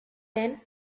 then